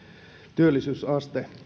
työllisyysaste